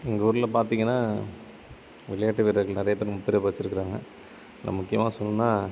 எங்கள் ஊரில் பார்த்திங்கன்னா விளையாட்டு வீரர்கள் நிறையா பேர் முத்திரை பதிச்சிருக்கிறாங்க அதில் முக்கியமாக சொல்லணுன்னா